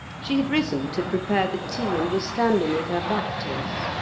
she had risen to prepare the tea, and was standing with her back to us.